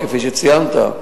כפי שציינת.